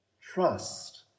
Trust